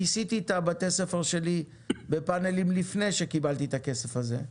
כיסיתי את בתי הספר שלי בפאנלים לפני שקיבלתי את הכסף הזה.